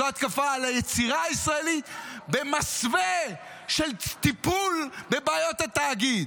זו התקפה על היצירה הישראלית במסווה של טיפול בבעיות התאגיד.